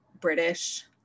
British